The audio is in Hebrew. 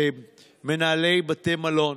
מנהלי בתי מלון,